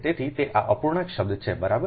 તેથી તે આ અપૂર્ણાંક શબ્દ છે બરાબર